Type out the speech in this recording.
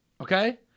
Okay